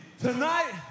tonight